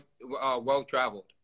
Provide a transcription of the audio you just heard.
well-traveled